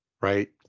right